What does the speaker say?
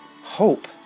hope